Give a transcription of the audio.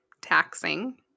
taxing